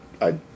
I-